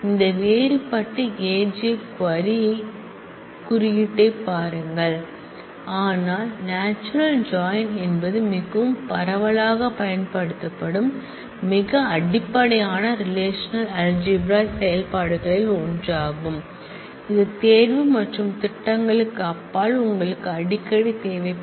இந்த வேறுபட்ட aj query குறியீட்டைப் பாருங்கள் ஆனால் நாச்சுரல் ஜாயின் என்பது மிகவும் பரவலாகப் பயன்படுத்தப்படும் மிக அடிப்படையான ரெலேஷனல்அல்ஜிப்ரா செயல்பாடுகளில் ஒன்றாகும் இது தேர்வு மற்றும் திட்டங்களுக்கு அப்பால் உங்களுக்கு அடிக்கடி தேவைப்படும்